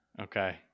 Okay